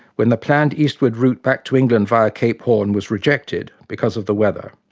when the planned eastward route back to england via cape horn was rejected because of the weather.